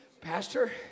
Pastor